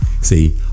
See